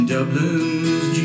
Dublin's